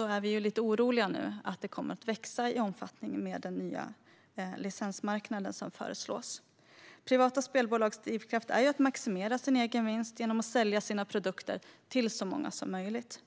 är vi nu lite oroliga att det kommer att växa i omfattning med den nya licensmarknad som föreslås. Privata spelbolags drivkraft är att maximera sin egen vinst genom att sälja sin produkt till så många som möjligt.